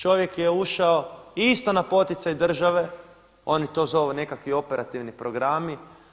Čovjek je ušao i isto na poticaj države oni to zovu nekakvi operativni programi.